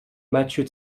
matthieu